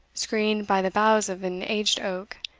screened by the boughs of an aged oak,